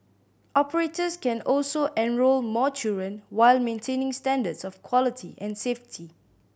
operators can also enrol more children while maintaining standards of quality and safety